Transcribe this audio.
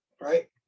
right